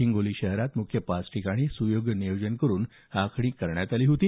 हिंगोली शहरात मुख्य पाच ठिकाणी स्योग्य नियोजन करून आखणी करण्यात आली होती